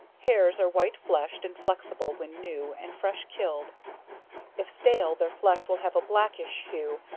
hares, are white flesh'd and flexible when new and fresh kill'd if stale, their flesh will have a blackish hue,